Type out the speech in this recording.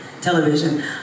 television